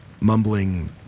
mumbling